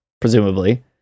Presumably